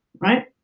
right